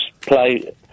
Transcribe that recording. play